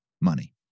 money